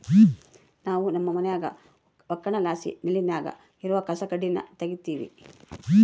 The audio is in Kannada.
ನಾವು ನಮ್ಮ ಮನ್ಯಾಗ ಒಕ್ಕಣೆಲಾಸಿ ನೆಲ್ಲಿನಾಗ ಇರೋ ಕಸಕಡ್ಡಿನ ತಗೀತಿವಿ